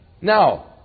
Now